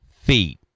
feet